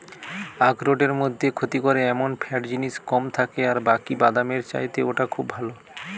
আখরোটের মধ্যে ক্ষতি করে এমন ফ্যাট জিনিস কম থাকে আর বাকি বাদামের চাইতে ওটা খুব ভালো